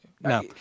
No